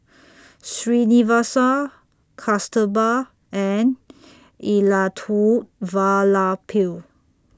Srinivasa Kasturba and Elattuvalapil